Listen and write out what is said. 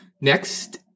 Next